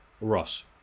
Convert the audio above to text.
Ross